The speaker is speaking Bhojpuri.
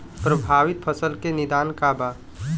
प्रभावित फसल के निदान का बा?